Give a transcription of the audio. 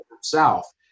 south